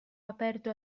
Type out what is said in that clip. aperto